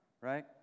right